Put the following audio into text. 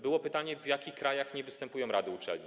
Było pytanie, w jakich krajach nie występują rady uczelni.